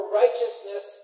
righteousness